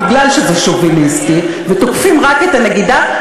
מכיוון שזה שוביניסטי ותוקפים רק את הנגידה,